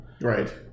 Right